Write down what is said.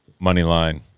Moneyline